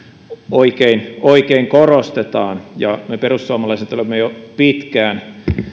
oikein oikein korostetaan myös me perussuomalaiset olemme jo pitkään